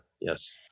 yes